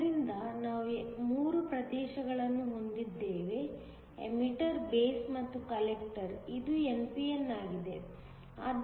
ಆದ್ದರಿಂದ ನಾವು 3 ಪ್ರದೇಶಗಳನ್ನು ಹೊಂದಿದ್ದೇವೆ ಎಮಿಟರ್ ಬೇಸ್ ಮತ್ತು ಕಲೆಕ್ಟರ್ ಇದು n p n ಆಗಿದೆ